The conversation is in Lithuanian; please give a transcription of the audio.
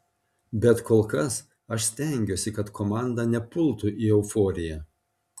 bet kol kas aš stengiuosi kad komanda nepultų į euforiją